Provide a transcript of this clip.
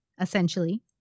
essentially